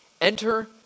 Enter